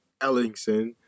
Ellingson